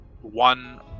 one